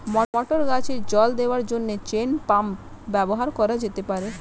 মটর গাছে জল দেওয়ার জন্য চেইন পাম্প ব্যবহার করা যেতে পার?